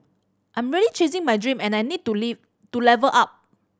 I'm really chasing my dream and I need to leave to level up